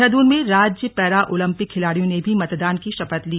देहारादून में राज्य para Olympic खिलाड़ियों ने भी मतदान की शपथ ली